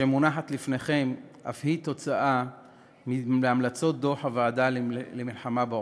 שמונחת לפניכם אף היא תוצאה של המלצות דוח הוועדה למלחמה בעוני.